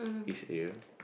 east area